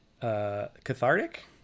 cathartic